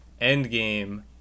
Endgame